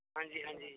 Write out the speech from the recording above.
ਹਾਂਜੀ ਹਾਂਜੀ